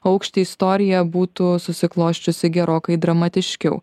aukštį istorija būtų susiklosčiusi gerokai dramatiškiau